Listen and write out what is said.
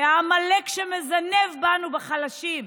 זה העמלק שמזנב בנו, בחלשים.